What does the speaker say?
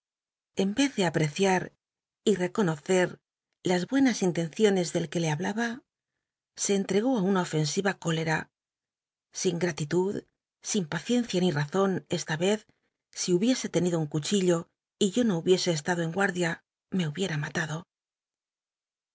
en rcz de apr'cciar y reconocer las buenas intenciones del que le hablaba se entregó á una ofensiva cólera sin gr alitud sin paciencia ni razon esta ez si hubiese tenido un cuchillo y yo no hubiese estado en guardia me hubiera matado